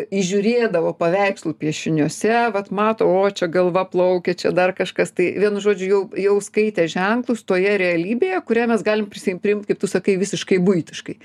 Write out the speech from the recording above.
įžiūrėdavo paveikslų piešiniuose vat mato o čia galva plaukia čia dar kažkas tai vienu žodžiu jau jau skaitė ženklus toje realybėje kurią mes galim prisi priimt kaip tu sakai visiškai buitiškai